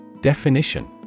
Definition